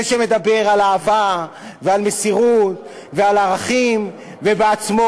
זה שמדבר על אהבה ועל מסירות ועל ערכים ובעצמו